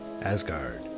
Asgard